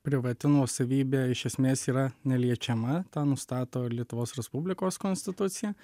privati nuosavybė iš esmės yra neliečiama tą nustato ir lietuvos respublikos konstitucija